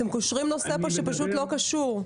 אתם קושרים נושא שלא קשור.